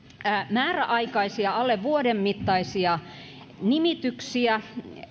määräaikaisia alle vuoden mittaisia nimityksiä